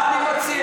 מה אני מציע?